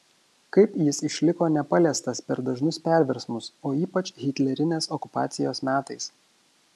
kaip jis išliko nepaliestas per dažnus perversmus o ypač hitlerinės okupacijos metais